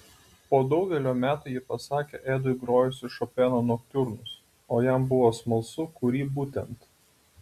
po daugelio metų ji pasakė edui grojusi šopeno noktiurnus o jam buvo smalsu kurį būtent